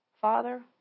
Father